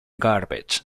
garbage